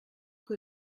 que